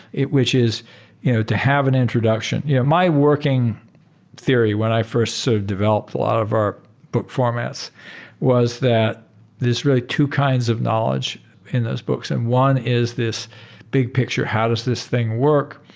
which is you know to have an introduction. yeah my working theory when i first so developed a lot of our book formats was that there's really two kinds of knowledge in those books, and one is this big picture. how does this thing work?